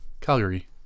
Calgary